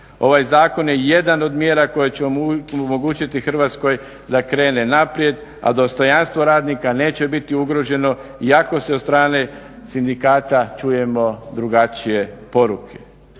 Ovaj zakon je jedan od mjera koje će omogućiti Hrvatskoj da krene naprijed, a dostojanstvo radnika neće biti ugroženo iako se od strane sindikata čujemo drugačije poruke.